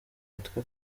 matwi